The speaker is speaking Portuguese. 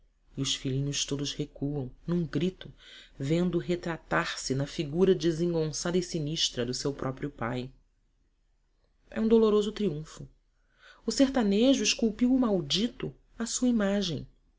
os filhinhos todos recuam num grito vendo retratar se na figura desengonçada e sinistra o vulto do seu próprio pai é um doloroso triunfo o sertanejo esculpiu o maldito à sua imagem